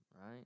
right